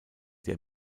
der